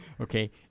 Okay